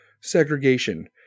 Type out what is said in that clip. Segregation